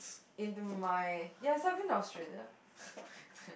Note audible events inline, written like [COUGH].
in my ya so I've been to Australia [LAUGHS]